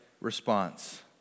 response